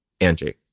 Angie